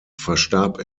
verstarb